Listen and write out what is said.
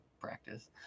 practice